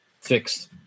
fixed